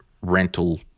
rental